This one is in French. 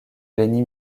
beni